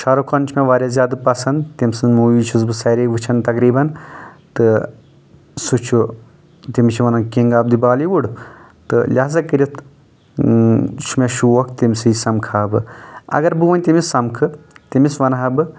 شارُک خان چھُ مےٚ واریاہ زیادٕ پسنٛد تٔمۍ سٕنٛز موٗوی چھُس بہٕ سارے وٕچھن تقریٖبن تہٕ سُہ چھُ تٔمِس چھِ ونان king of the Bollywood تہٕ لہٰزا کٔرتھ چھُ مےٚ شوق تٔمۍ سٕے سمکھٕہا بہٕ اگر بہٕ وۄنۍ تٔمِس سمکھٕ تٔمِس ونہٕ ہا بہٕ